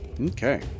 Okay